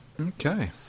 Okay